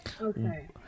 Okay